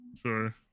Sure